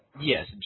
Yes